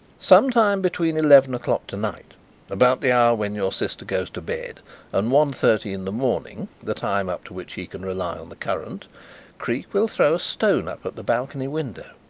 some time between eleven o'clock to-night about the hour when your sister goes to bed and one thirty in the morning the time up to which he can rely on the current creake will throw a stone up at the balcony window.